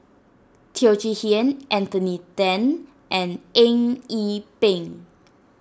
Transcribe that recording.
Teo Chee Hean Anthony then and Eng Yee Peng